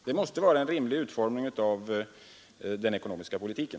Det måste vara en rimlig utformning av den ekonomiska politiken.